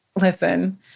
Listen